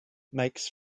makes